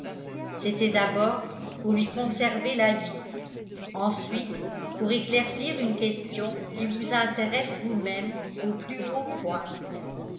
c'était d'abord pour lui conserver la vie ensuite pour éclaircir une question qui vous intéresse vous-mêmes au plus haut point